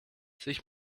sich